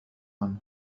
عنه